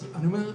אז אני אומר,